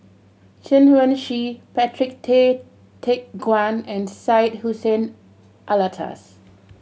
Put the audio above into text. Chen Wen Hsi Patrick Tay Teck Guan and Syed Hussein Alatas